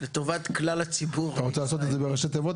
אתה רוצה לעשות את זה בראשי תיבות?